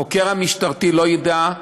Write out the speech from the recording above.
החוקר המשטרתי לא ידע,